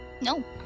No